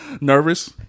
Nervous